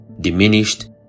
diminished